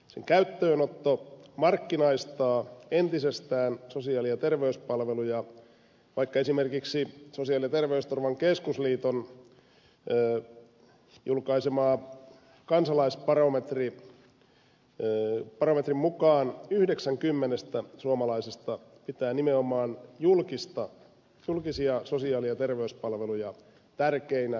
sen käyttöönotto markkinaistaa entisestään sosiaali ja terveyspalveluja vaikka esimerkiksi sosiaali ja terveysturvan keskusliiton julkaiseman kansalaisbarometrin mukaan yhdeksän kymmenestä suomalaisesta pitää nimenomaan julkisia sosiaali ja terveyspalveluja tärkeinä ja ensisijaisina